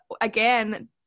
again